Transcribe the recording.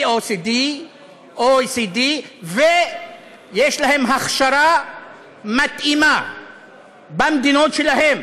ה-OECD ויש להם הכשרה מתאימה במדינות שלהם,